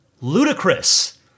ludicrous